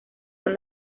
son